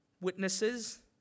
witnesses